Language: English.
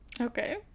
okay